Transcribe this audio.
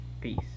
Peace